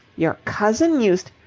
your cousin used?